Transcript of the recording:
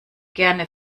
gerne